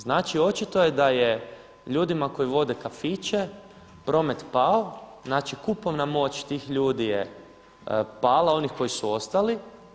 Znači, očito da je ljudima koji vode kafiće promet pao, znači kupovna moć tih ljudi je pala onih koji su ostali.